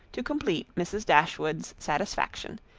to complete mrs. dashwood's satisfaction,